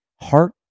heart